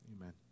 Amen